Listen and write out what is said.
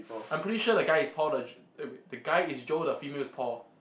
I'm pretty the guy is Paul the the guy is Joe the female is Paul